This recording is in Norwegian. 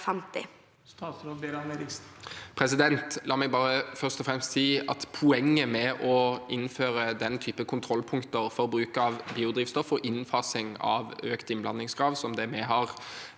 La meg først og fremst si at poenget med å innføre den typen kontrollpunkter for bruk av biodrivstoff og innfasing av økt innblandingskrav som det vi har